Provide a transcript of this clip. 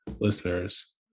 listeners